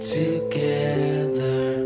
together